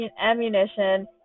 ammunition